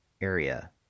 area